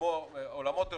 כמו אולמות אירועים,